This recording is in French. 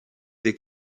des